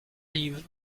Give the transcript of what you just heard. livres